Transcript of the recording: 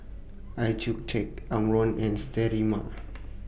Accucheck Omron and Sterimar